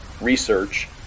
research